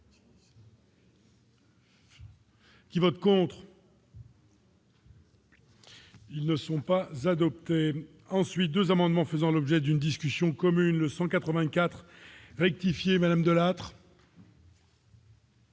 amendements. Ils ne sont pas adoptées ensuite 2 amendements faisant l'objet d'une discussion commune le 184 rectifier Madame Delattre.